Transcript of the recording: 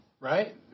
Right